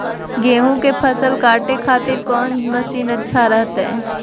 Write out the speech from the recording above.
गेहूं के फसल काटे खातिर कौन मसीन अच्छा रहतय?